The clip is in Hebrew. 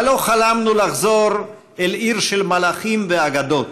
אבל לא חלמנו לחזור אל עיר של מלאכים ואגדות